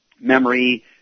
memory